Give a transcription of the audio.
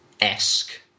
esque